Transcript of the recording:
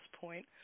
point